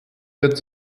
wird